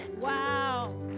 Wow